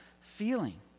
feeling